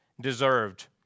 deserved